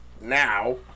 now